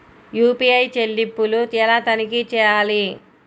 UPI చెల్లింపులు ఎలా తనిఖీ చేయాలి?